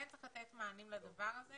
כן צריך לתת מענים לדבר הזה